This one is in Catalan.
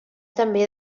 també